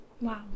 Wow